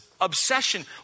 obsession